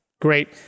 great